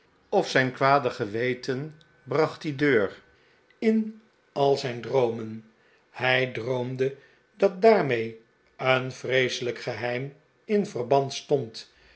of zijn kwade geweten bracht die deur in al zijn droomen hij droomde dat daarmee een vreeselijk geheim in verband stond